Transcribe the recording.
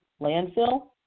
Landfill